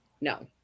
No